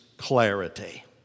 clarity